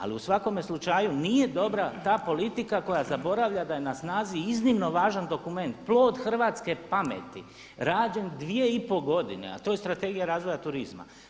Ali u svakome slučaju nije dobra ta politika koja zaboravlja da je na snazi iznimno važan dokument, plod hrvatske pameti rađen dvije i pol godine, a to je Strategija razvoja turizma.